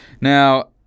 Now